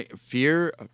Fear